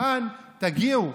לאן תגיעו?